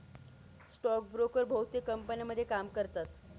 stock broker बहुतेक कंपन्यांमध्ये काम करतात